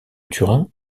turin